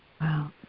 Wow